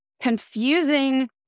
confusing